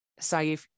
Saif